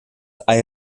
hay